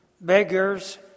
beggars